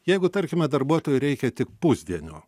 jeigu tarkime darbuotojui reikia tik pusdienio